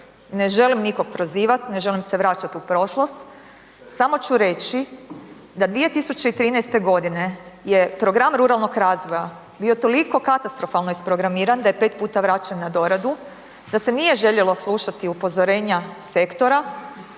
Ne želim nikog prozivat, ne želim se vraća u prošlost, samo ću reći da 2013. g. je program ruralnog razvoja bio toliko katastrofalno isprogramiran da je 5 puta vraćen na doradu, da se nije željelo slušati upozorenja sektora